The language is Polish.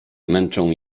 męczą